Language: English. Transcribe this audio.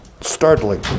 startling